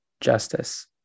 justice